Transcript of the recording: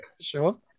Sure